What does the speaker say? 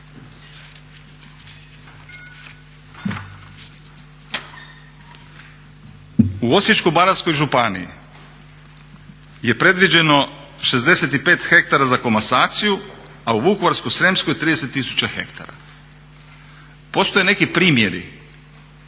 U Osječko-baranjskoj županiji je predviđeno 65 hektara za komasaciju a u Vukovarsko-srijemskoj 30 tisuća hektara. Postoje neki primjeri,